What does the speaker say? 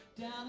Down